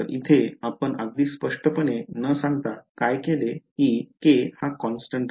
तर येथे आपण अगदी स्पष्टपणे न सांगता काय केले की k हा कॉन्स्टन्ट आहे